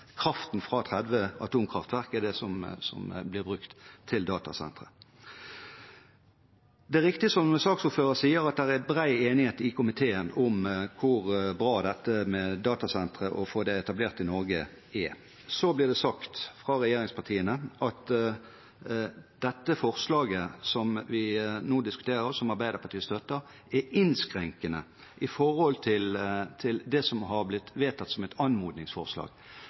Kraften fra 30 atomkraftverk blir brukt til datasentrene. Det er riktig som saksordføreren sier, at det er bred enighet i komiteen om hvor bra det er å få etablert datasentre i Norge. Så blir det sagt fra regjeringspartiene at det forslaget som vi nå diskuterer, som Arbeiderpartiet støtter, er innskrenkende i forhold til det som har blitt vedtatt som et anmodningsforslag.